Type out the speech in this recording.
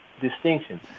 distinction